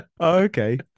Okay